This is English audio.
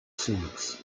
seeds